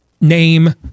name